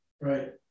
Right